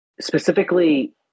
specifically